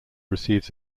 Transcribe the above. receives